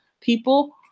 people